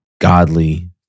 godly